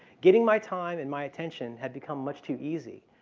getting my time and my attention had become much too easy.